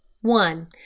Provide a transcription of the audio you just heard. One